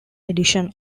edition